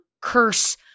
curse